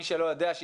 מי שלא יודע,